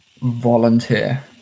volunteer